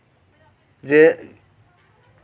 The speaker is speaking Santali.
ᱡᱮ